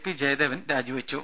P Jayadevan രാജിവെച്ചു